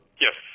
Yes